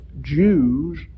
Jews